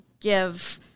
give